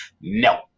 No